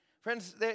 friends